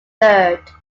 third